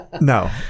no